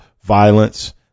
violence